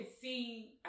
see